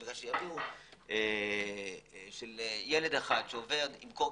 של ילד שעובר עם קורקינט,